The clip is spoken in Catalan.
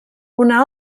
una